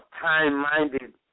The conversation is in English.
time-minded